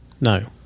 No